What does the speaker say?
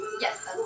Yes